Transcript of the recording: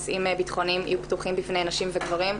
בטחוניים יהיו פתוחים בפני נשים וגברים,